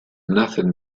nacen